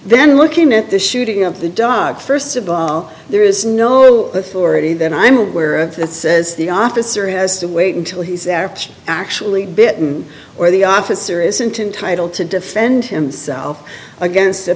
then looking at the shooting of the dog st of all there is no real authority that i'm aware of that says the officer has to wait until he's actually bitten or the officer isn't entitled to defend himself against a